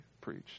preached